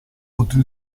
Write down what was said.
contro